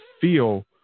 feel